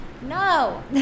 No